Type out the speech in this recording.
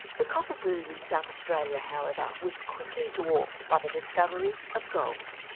the copper boom in south australia however, was quickly dwarfed by the discovery of gold.